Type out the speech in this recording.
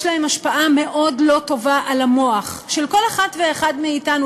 יש להם השפעה מאוד לא טובה על המוח של כל אחת ואחד מאתנו,